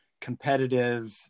competitive